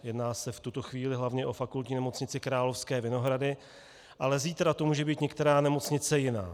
Jedná se v tuto chvíli hlavně o Fakultní nemocnici Královské Vinohrady, ale zítra to může být některá nemocnice jiná.